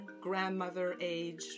grandmother-age